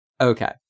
Okay